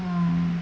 mm